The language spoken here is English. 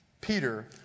Peter